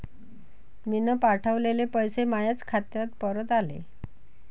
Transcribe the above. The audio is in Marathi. मीन पावठवलेले पैसे मायाच खात्यात परत आले